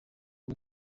god